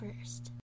first